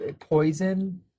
poison